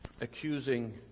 accusing